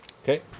Okay